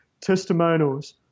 testimonials